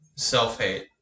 Self-hate